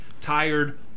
tired